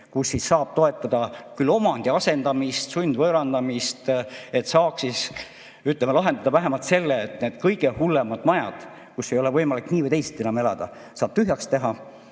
miljonit. Saab toetada küll omandi asendamist, sundvõõrandamist, et saaks lahendada vähemalt selle, et need kõige hullemad majad, kus ei ole võimalik nii või teisiti enam elada, saab tühjaks teha